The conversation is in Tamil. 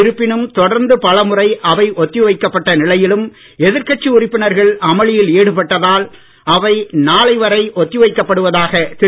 இருப்பினும் தொடர்ந்து பல முறை அவை ஒத்திவைக்கப்பட்ட நிலையிலும் எதிர்கட்சி உறுப்பினர்கள் அமள்ளியில் ஈடுபட்டதால் அவை நாளை வரை ஒத்திவைப்பதாக திரு